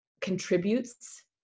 contributes